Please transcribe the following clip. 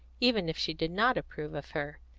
even if she did not approve of her.